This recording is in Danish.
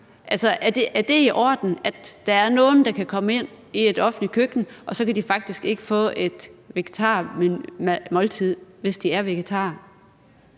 er det i orden, at der er nogen, der kan komme ind i et offentligt køkken og så faktisk ikke kan få et vegetarisk måltid, hvis de er vegetarer?